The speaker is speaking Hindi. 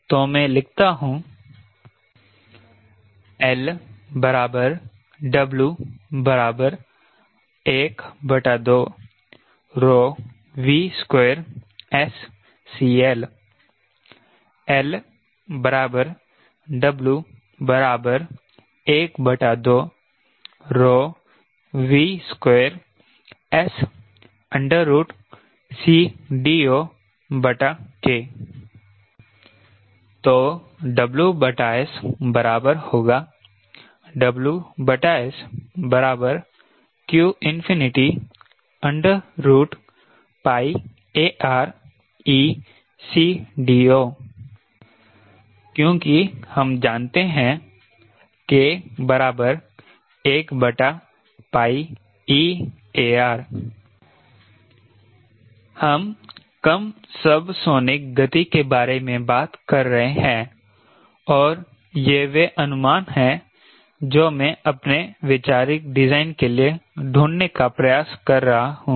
तो मैं लिखता हूं L W 12V2SCL L W 12V2SCDOK तो WS बराबर होगा WS qAReCDO क्योंकि हम जानते हैं K 1eAR हम कम सबसोनिक गति के बारे में बात कर रहे हैं और ये वे अनुमान हैं जो मैं अपने वैचारिक डिजाइन के लिए ढूंढने का प्रयास कर रहा हूं